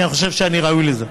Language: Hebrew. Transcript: כי אני חושב שאני ראוי לזה.